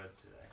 today